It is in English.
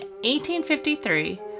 1853